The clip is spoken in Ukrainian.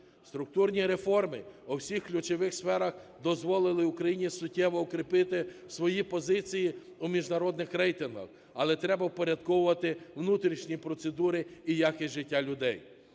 Структурні реформи у всіх ключових сферах дозволили Україні суттєво укріпити свої позиції у міжнародних рейтингах. Але треба впорядковувати внутрішні процедури і якість життя людей.